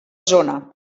zona